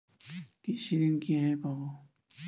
কৃষি ঋন কিভাবে পাব?